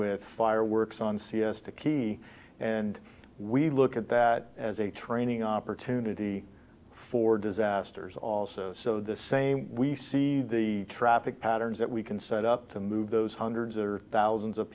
with fireworks on siesta key and we look at that as a training opportunity for disasters also so the same we see the traffic patterns that we can set up to move those hundreds or thousands of